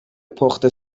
پخت